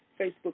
Facebook